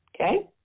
okay